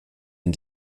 and